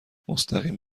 مستقیم